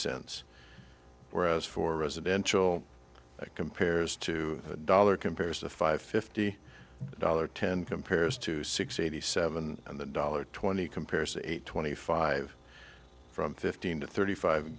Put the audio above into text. cents whereas for residential it compares to a dollar compares to five fifty dollars ten compares to six eighty seven and the dollar twenty compares eight twenty five from fifteen to thirty five